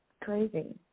Crazy